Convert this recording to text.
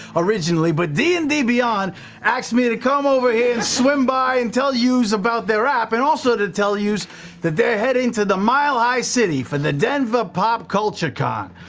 originally, but d and d beyond asked me to come over here and swim by and tell youse about their app and also to tell youse that they're heading to the mile high city for the denver pop culture con.